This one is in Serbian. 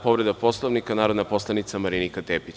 Povreda Poslovnika, narodna poslanica Marinika Tepić.